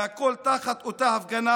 והכול תחת אותה הפגנה.